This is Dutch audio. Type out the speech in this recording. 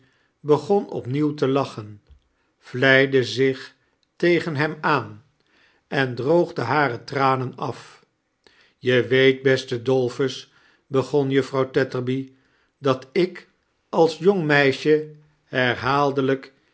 begon opnieuw te lachen vleide zich tegen hem aan en droogde hare tranen af je weet beste dolphus begon juffrouw tetterby dat ik als jong meisje herhaaldelijk